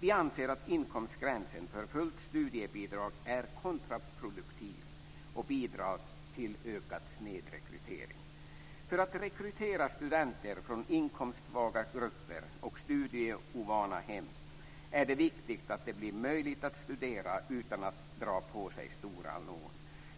Vi anser att inkomstgränsen för fullt studiebidrag är kontraproduktiv och bidrar till ökad snedrekrytering. För att rekrytera studenter från inkomstsvaga grupper och studieovana hem är det viktigt att det blir möjligt att studera utan att dra på sig stora lån.